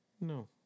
no